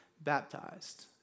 baptized